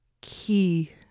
key